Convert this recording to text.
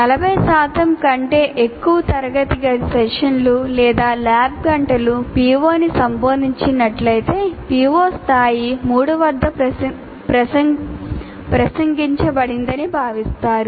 40 కంటే ఎక్కువ తరగతి గది సెషన్లు లేదా ల్యాబ్ గంటలు PO ని సంబోధించినట్లయితే PO స్థాయి 3 వద్ద ప్రసంగించబడిందని భావిస్తారు